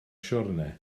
siwrne